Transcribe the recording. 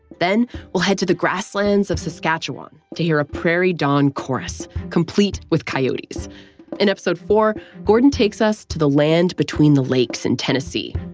then we'll head to the grasslands of saskatchewan to hear a prairie dawn chorus complete with coyotes in episode four gordon takes us to the land between the lakes in and tennessee.